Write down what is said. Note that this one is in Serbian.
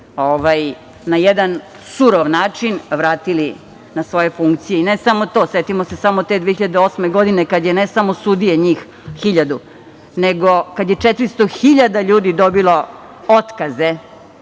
na jedan surov način, vratili na svoje funkcije. I ne samo to, setimo se samo te 2008. godine, kada su ne samo sudije, njih 1.000, nego kada je 400.000 ljudi dobilo otkaze.